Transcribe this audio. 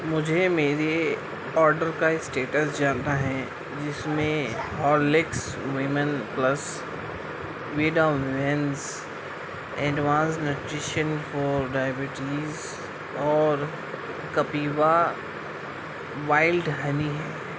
مجھے میرے آڈر کا اسٹیٹس جاننا ہے جس میں ہارلکس ویمن پلس وڈاوینس ایڈوانس نیوٹریشن فار ڈائبٹیز اور کپیوا وائلڈ ہنی ہے